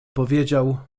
powiedział